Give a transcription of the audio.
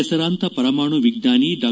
ಹೆಸರಾಂತ ಪರಮಾಣು ವಿಜ್ಙಾನಿ ಡಾ